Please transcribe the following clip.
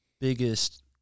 biggest